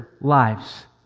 lives